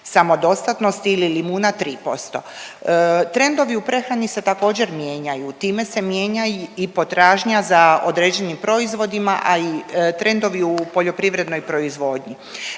samodostatnosti ili limuna 3%. Trendovi u prehrani se također mijenjaju, time se mijenja i potražnja za određenim proizvodima, a i trendovi u poljoprivrednoj proizvodnji.